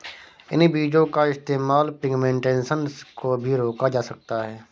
इन बीजो का इस्तेमाल पिग्मेंटेशन को भी रोका जा सकता है